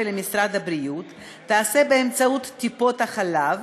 למשרד הבריאות תיעשה באמצעות טיפות-החלב,